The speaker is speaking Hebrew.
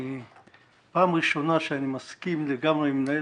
פעם ראשונה שאני מסכים לגמרי עם מנהל